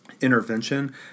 intervention